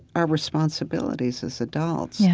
our responsibilities as adults. yeah